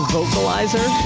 vocalizer